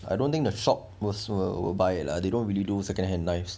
I don't think the shop will will buy lah they don't really do second hand knives